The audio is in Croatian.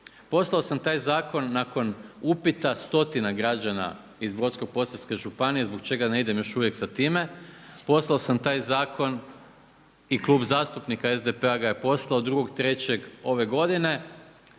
Poslao sam taj zakon nakon upita stotina građana iz Brodsko-posavske županije zbog čega ne idem još uvijek sa time, poslao sam taj zakon i Klub zastupnika SDP-a ga je poslao 2.3. ove godine,